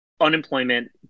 unemployment